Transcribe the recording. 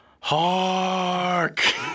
Hark